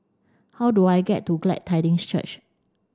how do I get to Glad Tidings Church